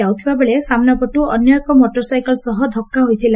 ଯାଉଥିବା ବେଳେ ସାମ୍ନାପଟୁ ଅନ୍ୟ ଏକ ମୋଟରସାଇକେଲ୍ ସହ ଧକ୍ମ ହୋଇଥିଲା